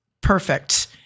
perfect